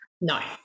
No